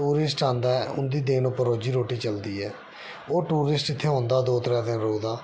tourist आंदा ऐ उं'दी देन उप्पर रोजी रुट्टी चलदी ऐ ओह् टूरिस्ट उत्थै औंदा दो त्रै दिन रुकदा